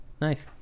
Nice